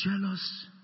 jealous